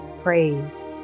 praise